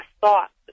thoughts